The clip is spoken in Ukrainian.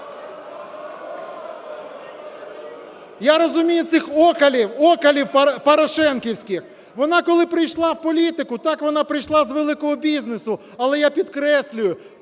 Я розумію цих "окалів", "окалів" порошенківських. Вона коли прийшла в політику так, вона прийшла з великого бізнесу. Але я підкреслюю,